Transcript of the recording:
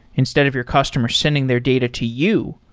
instead of your customer sending their data to you,